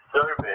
service